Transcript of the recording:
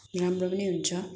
राम्रो पनि हुन्छ